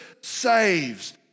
saves